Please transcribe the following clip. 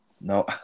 No